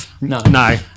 No